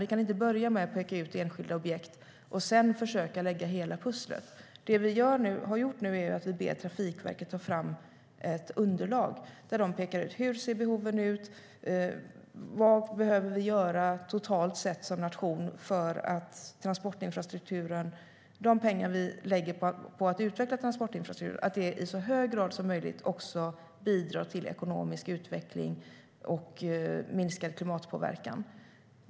Vi kan inte börja med att peka ut enskilda objekt och sedan försöka lägga hela pusslet. Det vi har gjort nu är att be Trafikverket ta fram ett underlag där de pekar ut hur behoven ser ut, vad vi behöver göra totalt sett som nation för att de pengar som vi lägger på att utveckla transportinfrastrukturen i så hög grad som möjligt också bidrar till ekonomisk utveckling och minskad klimatpåverkan.